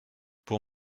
pour